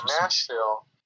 Nashville